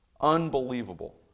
Unbelievable